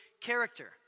character